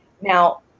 now